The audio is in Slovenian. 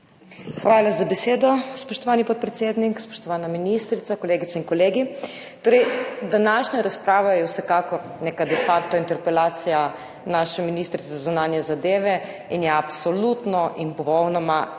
Hvala za besedo. Spoštovani podpredsednik, spoštovana ministrica, kolegice in kolegi. Torej, današnja razprava je vsekakor neka »de facto« interpelacija naše ministrice za zunanje zadeve in je absolutno in popolnoma